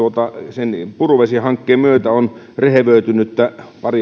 sen puruvesi hankkeen myötä on kohennettu rehevöitynyttä